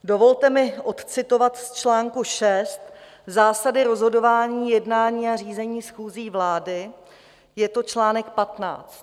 Dovolte mi odcitovat z článku 6 zásady rozhodování jednání a řízení schůzí vlády, je to článek 15.